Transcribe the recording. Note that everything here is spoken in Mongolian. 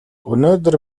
өнөөдөр